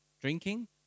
drinking